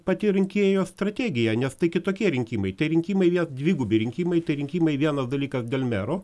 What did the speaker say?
pati rinkėjo strategija nes tai kitokie rinkimai tai rinkimai vėl dvigubi rinkimai tai rinkimai vienas dalykas dėl mero